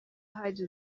hari